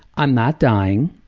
i'm not dying.